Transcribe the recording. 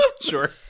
sure